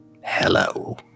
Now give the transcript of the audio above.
Hello